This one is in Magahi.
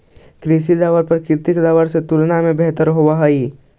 कृत्रिम रबर प्राकृतिक रबर के तुलना में बेहतर होवऽ हई